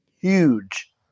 huge